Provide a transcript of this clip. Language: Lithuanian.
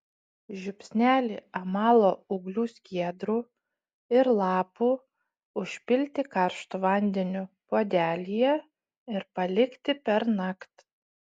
žiupsnelį amalo ūglių skiedrų ir lapų užpilti karštu vandeniu puodelyje ir palikti pernakt